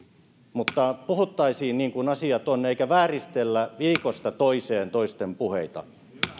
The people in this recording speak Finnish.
mutta puhuttaisiin niin kuin asiat on eikä vääristellä viikosta toiseen toisten puheita